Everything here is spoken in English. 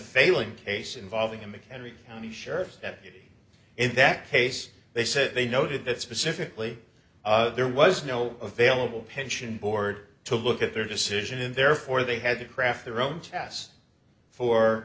failing case involving a mchenry county sheriff's deputy in that case they said they noted that specifically there was no available pension board to look at their decision and therefore they had to craft their own test for